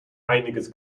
einiges